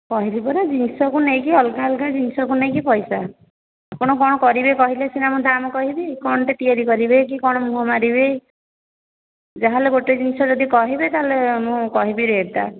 କହିଲି ପରା ଜିନିଷକୁ ନେଇକି ଅଲଗା ଅଲଗା ଜିନିଷକୁ ନେଇକି ପଇସା ଆପଣ କ'ଣ କରିବେ କହିଲେ ସିନା ମୁଁ ଦାମ୍ କହିବି କ'ଣଟା ତିଆରି କରିବେ କି କ'ଣ ମୁହଁ ମାରିବେ ଯାହା ହେଲେ ଗୋଟେ ଜିନିଷ ଯଦି କହିବେ ତା'ହେଲେ ମୁଁ କହିବି ରେଟ୍ଟା